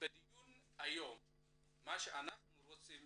אנחנו רוצים